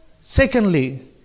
Secondly